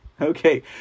Okay